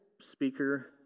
speaker